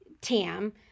TAM